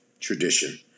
tradition